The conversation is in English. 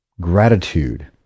gratitude